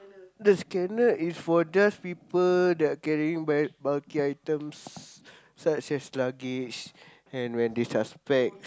the scanner is for just people that carrying bul~ bulky items such as luggage and when they suspect